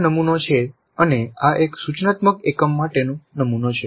આ નમુનો છે અને આ એક સૂચનાત્મક એકમ માટેનું નમુનો છે